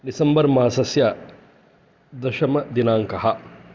डिसम्बर् मासस्य दशमदिनाङ्कः